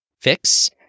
fix